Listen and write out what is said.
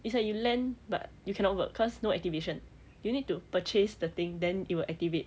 it's like you lend but you cannot work cause no activation you need to purchase the thing then it will activate